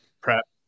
prep